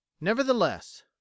nevertheless